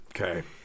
Okay